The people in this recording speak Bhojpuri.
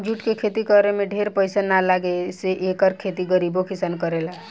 जूट के खेती करे में ढेर पईसा ना लागे से एकर खेती गरीबो किसान करेला